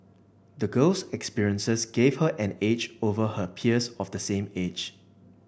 the girl's experiences gave her an edge over her peers of the same age